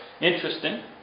interesting